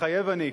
מתחייב אני.